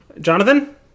Jonathan